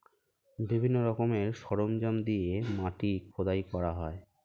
বিভিন্ন রকমের সরঞ্জাম দিয়ে মাটি খোদাই করা হয়